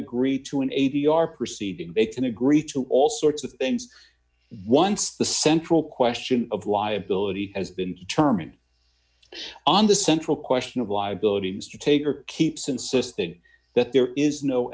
agree to an a v r proceeding they can agree to all sorts of things once the central question of liability has been determined on the central question of liability mr taker keeps insisting that there is no